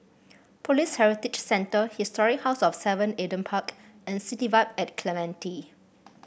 Police Heritage Centre Historic House of Seven Adam Park and City Vibe at Clementi